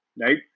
right